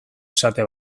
esate